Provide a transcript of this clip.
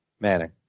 Manning